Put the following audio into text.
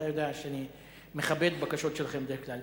אתה יודע שאני מכבד בקשות שלכם בדרך כלל,